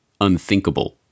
unthinkable